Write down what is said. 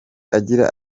agira